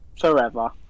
Forever